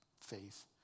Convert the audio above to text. faith